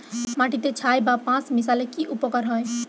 মাটিতে ছাই বা পাঁশ মিশালে কি উপকার হয়?